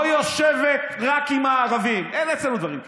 לא יושבת רק עם הערבים, אין אצלנו דברים כאלה.